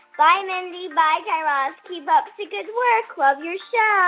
bye, mindy. bye, guy raz. keep up the good work. love your show yeah